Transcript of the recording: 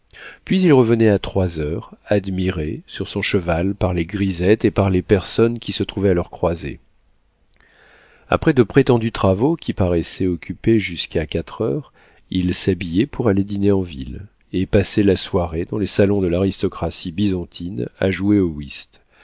puis il revenait à trois heures admiré sur son cheval par les grisettes et par les personnes qui se trouvaient à leurs croisées après de prétendus travaux qui paraissaient l'occuper jusqu'à quatre heures il s'habillait pour aller dîner en ville et passait la soirée dans les salons de l'aristocratie bisontine à jouer au whist